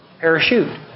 parachute